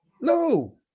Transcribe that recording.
No